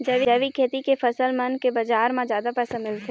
जैविक खेती के फसल मन के बाजार म जादा पैसा मिलथे